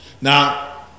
Now